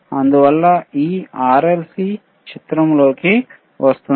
అందువల్ల ఈ RLC చిత్రంలోకి వస్తుంది